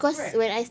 right